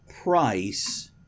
price